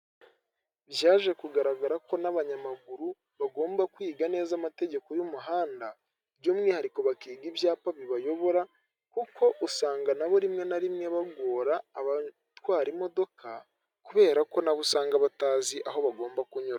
Byaje kugaragara ko n'abanyamaguru bagomba kwiga neza amategeko y'umuhanda, by'umwihariko bakiga ibyapa bibayobora kuko usanga na rimwe na rimwe bagora abatwara imodoka, kubera ko nabo usanga batazi aho bagomba kunyura.